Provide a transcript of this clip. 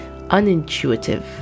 unintuitive